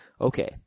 Okay